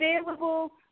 available